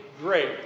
great